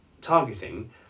targeting